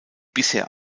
bisher